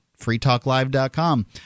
FreeTalkLive.com